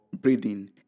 breathing